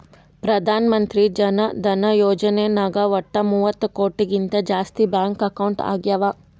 ಪ್ರಧಾನ್ ಮಂತ್ರಿ ಜನ ಧನ ಯೋಜನೆ ನಾಗ್ ವಟ್ ಮೂವತ್ತ ಕೋಟಿಗಿಂತ ಜಾಸ್ತಿ ಬ್ಯಾಂಕ್ ಅಕೌಂಟ್ ಆಗ್ಯಾವ